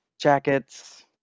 jackets